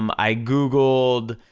um i googled,